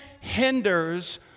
hinders